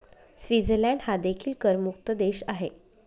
Switzerland हा देखील करमुक्त देश आहे